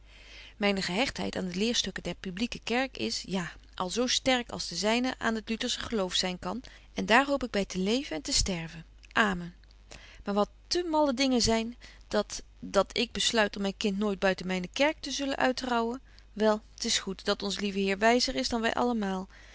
myne gehechtheid aan de leerstukken der publique kerk is ja al zo sterk als de zyne aan het lutersche geloof zyn kan en daar hoop ik by te leven en te sterven amen maar wat te malle dingen zyn dat dat ik besluit om myn kind nooit buiten myne kerk te zullen uittrouwen wel t is goed dat onze lieve heer wyzer is dan wy allemaal